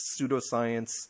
pseudoscience